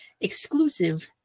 Exclusive